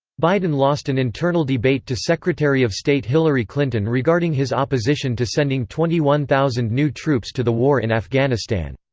biden lost an internal debate to secretary of state hillary clinton regarding his opposition to sending twenty one thousand new troops to the war in afghanistan.